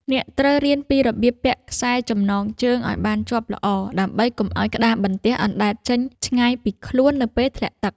អ្នកត្រូវរៀនពីរបៀបពាក់ខ្សែចំណងជើង ឱ្យបានជាប់ល្អ ដើម្បីកុំឱ្យក្តារបន្ទះអណ្ដែតចេញឆ្ងាយពីខ្លួននៅពេលធ្លាក់ទឹក។